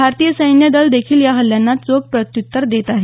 भारतीय सैन्य दल देखील या हल्ल्यांना चोख प्रत्युत्तर देत आहे